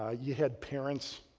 ah you had parents.